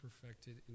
perfected